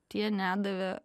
tie nedavė